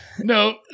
No